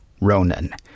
Ronan